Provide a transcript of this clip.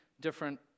different